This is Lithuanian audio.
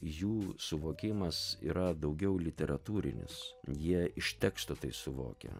jų suvokimas yra daugiau literatūrinis jie iš teksto tai suvokia